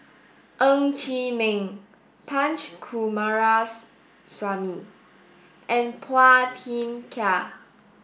Ng Chee Meng Punch Coomaraswamy and Phua Thin Kiay